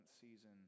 season